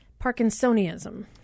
Parkinsonism